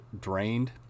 drained